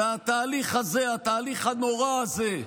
והתהליך הזה, התהליך הנורא הזה,